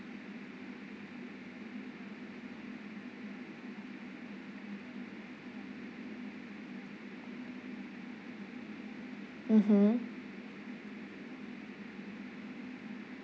mmhmm